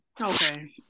okay